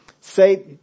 say